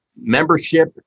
membership